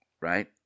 right